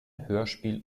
hörspiel